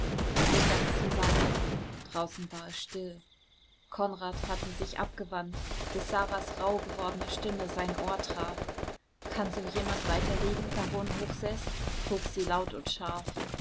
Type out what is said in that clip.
sie sank zusammen draußen war es still konrad hatte sich abgewandt bis saras rauh gewordene stimme sein ohr traf kann so jemand weiter leben baron hochseß frug sie laut und scharf